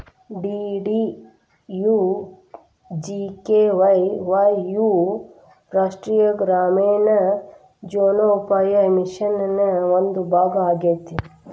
DDUGKY Y U ರಾಷ್ಟ್ರೇಯ ಗ್ರಾಮೇಣ ಜೇವನೋಪಾಯ ಮಿಷನ್ ನ ಒಂದು ಭಾಗ ಆಗೇತಿ